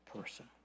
person